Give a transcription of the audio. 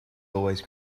always